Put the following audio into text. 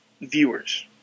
viewers